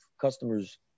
customers